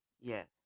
yes